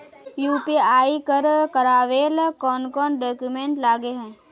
UPI कर करावेल कौन कौन डॉक्यूमेंट लगे है?